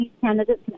candidates